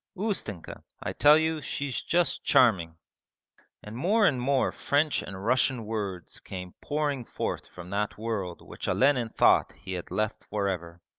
ustenka! i tell you she's just charming and more and more french and russian words came pouring forth from that world which olenin thought he had left for ever.